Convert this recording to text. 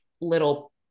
little